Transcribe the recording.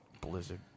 Blizzard